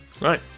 Right